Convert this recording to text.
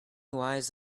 wise